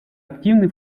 активный